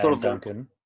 Duncan